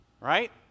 Right